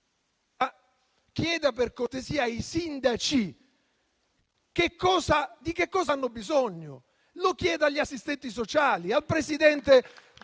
Chieda per cortesia ai sindaci di che cosa hanno bisogno. Lo chieda agli assistenti sociali, al presidente